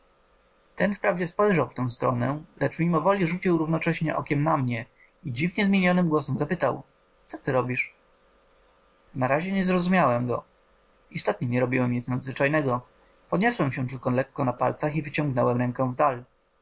ten wprawdzie spojrzał w tę stronę lecz mimowoli rzucił równocześnie okiem na mnie i dziwnie zmienionym głosem zapytał co ty robisz na razie nie zrozumiałem go istotnie nie robiłem nic nadzwyczajnego podniosłem się tylko lekko na palcach i wyciągnąłem ręką w